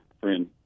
friend